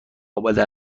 آمده